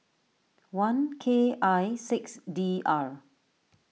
one K I six D R